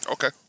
Okay